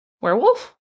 Werewolf